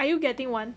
are you getting one